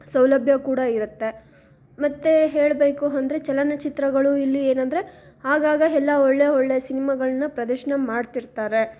ಸೌಲಭ್ಯ ಕೂಡ ಇರುತ್ತೆ ಮತ್ತು ಹೇಳಬೇಕು ಅಂದ್ರೆ ಚಲನಚಿತ್ರಗಳು ಇಲ್ಲಿ ಏನಂದರೆ ಆಗಾಗ ಎಲ್ಲ ಒಳ್ಳೆಯ ಒಳ್ಳೆಯ ಸಿನಿಮಾಗಳ್ನ ಪ್ರದರ್ಶನ ಮಾಡ್ತಿರ್ತಾರೆ